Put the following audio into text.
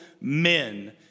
men